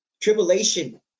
tribulation